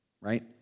right